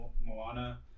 Moana